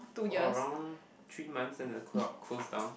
for around three months and the club close down